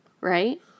right